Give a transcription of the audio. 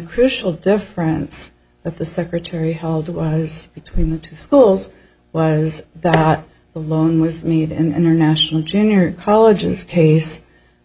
crucial difference that the secretary held wise between the two schools was that along with me the international junior colleges case